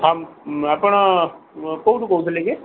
ହଁ ଆପଣ କୋଉଠୁ କହୁଥିଲେ କି